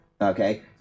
okay